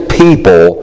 people